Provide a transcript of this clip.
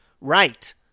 Right